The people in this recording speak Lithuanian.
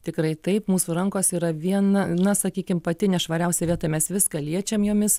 tikrai taip mūsų rankos yra viena na sakykim pati nešvariausia vieta mes viską liečiam jomis